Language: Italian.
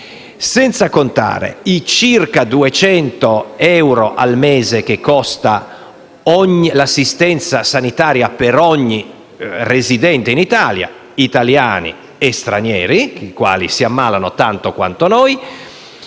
senza contare i circa 200 euro al mese che costa l'assistenza sanitaria per ogni residente in Italia, sia italiano che stranieri e gli stranieri si ammalano tanto quanto noi;